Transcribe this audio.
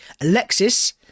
Alexis